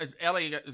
Ellie